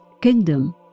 kingdom